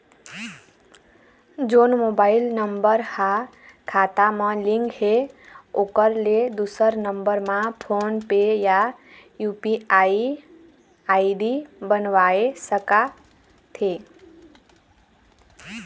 जोन mobile number हा खाता मा लिन्क हे ओकर ले दुसर नंबर मा फोन पे या यू.पी.आई आई.डी बनवाए सका थे?